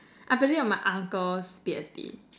I played it on my uncle's P_S_P